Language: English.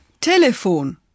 Telefon